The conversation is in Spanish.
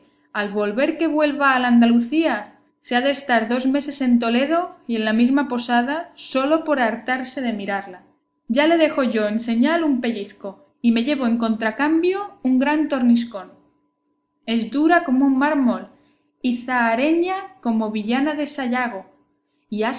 al volver que vuelva al andalucía se ha de estar dos meses en toledo y en la misma posada sólo por hartarse de mirarla ya le dejo yo en señal un pellizco y me llevo en contracambio un gran torniscón es dura como un mármol y zahareña como villana de sayago y